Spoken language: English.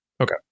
Okay